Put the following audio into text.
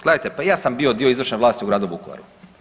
Gledajte, pa i ja sam bio dio izvršne vlasti u gradu Vukovaru.